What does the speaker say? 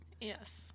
yes